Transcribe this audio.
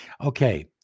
Okay